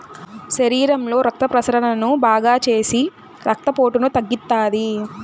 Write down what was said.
శరీరంలో రక్త ప్రసరణను బాగాచేసి రక్తపోటును తగ్గిత్తాది